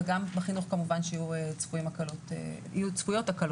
וגם בחינוך יהיו צפויות הקלות נוספות.